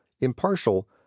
impartial